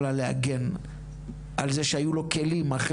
אבל את לא יכולה להגן על זה שהיו לו כלים אחרים,